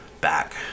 back